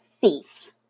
thief